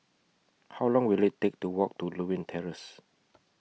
How Long Will IT Take to Walk to Lewin Terrace